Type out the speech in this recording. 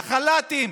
לחל"תים,